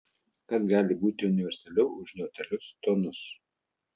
kas gali būti universaliau už neutralius tonus